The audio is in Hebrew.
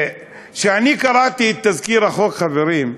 כשאני קראתי את תזכיר החוק, חברים,